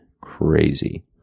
Crazy